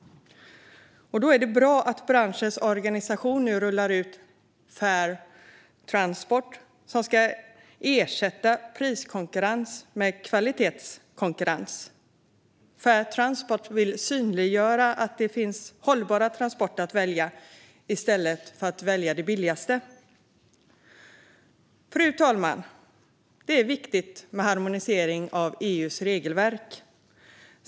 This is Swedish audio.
Det är bra att branschens egen organisation nu rullar ut Fair Transport, som ska ersätta priskonkurrens med kvalitetskonkurrens. Fair Transport vill synliggöra att det finns hållbara transporter att välja i stället för att bara välja det billigaste. Fru talman! Det är viktigt med en harmonisering av EU:s regelverk.